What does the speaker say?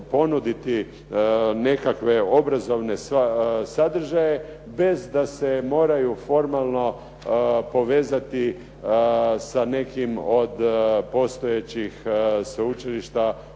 nekakve obrazovne sadržaje bez da se moraju formalno povezati sa nekim od postojećih sveučilišta